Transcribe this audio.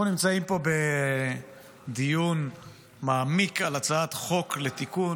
אנחנו נמצאים פה בדיון מעמיק על הצעת חוק לתיקון